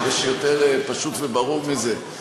יש יותר פשוט וברור מזה?